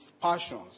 passions